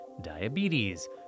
diabetes